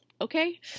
okay